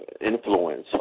influence